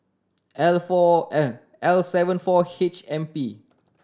L four N L seven four H M P